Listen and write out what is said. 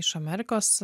iš amerikos